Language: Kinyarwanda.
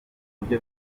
buryo